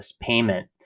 payment